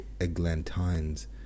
Eglantines